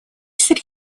среды